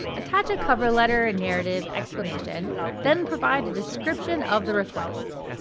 attach a cover letter and narrative explanation then provide a description of the request.